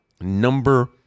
Number